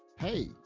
hey